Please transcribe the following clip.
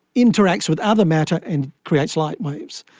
interacts with other matter and creates light waves.